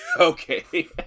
Okay